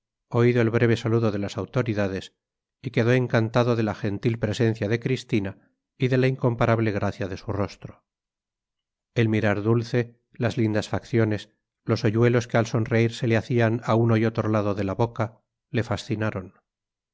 oído el breve saludo de las autoridades y quedó encantado de la gentil presencia de cristina y de la incomparable gracia de su rostro el mirar dulce las lindas facciones los hoyuelos que al sonreír se le hacían a uno y otro lado de la boca le fascinaron